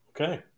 Okay